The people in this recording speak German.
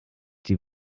die